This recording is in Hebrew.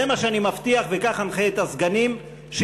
זה מה שאני מבטיח, וכך אנחה את הסגנים שייבחרו.